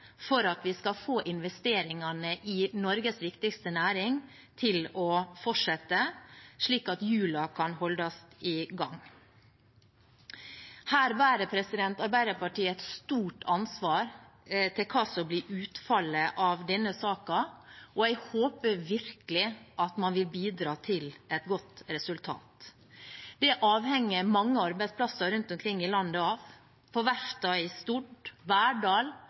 for at vi skal få investeringene i Norges viktigste næring til å fortsette, slik at hjulene kan holdes i gang. Her bærer Arbeiderpartiet et stort ansvar for hva som blir utfallet av denne saken, og jeg håper virkelig at man vil bidra til et godt resultat. Det avhenger mange arbeidsplasser rundt omkring i landet av – på verftene i